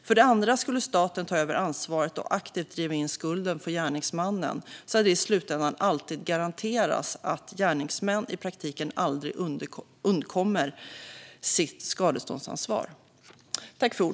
För det andra skulle staten ta över ansvaret och aktivt driva in skulden från gärningsmannen så att det i slutändan alltid garanteras att gärningsmän i praktiken aldrig undkommer sitt skadeståndsansvar.